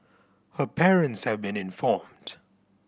her parents have been informed